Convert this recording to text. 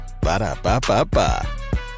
Ba-da-ba-ba-ba